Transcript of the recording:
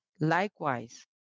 Likewise